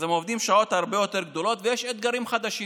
אז הם עובדים הרבה יותר שעות, ויש אתגרים חדשים